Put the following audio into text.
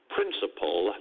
Principle